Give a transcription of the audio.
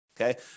Okay